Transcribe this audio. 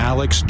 Alex